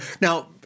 Now